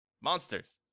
Monsters